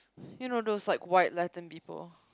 you know those like white Latin people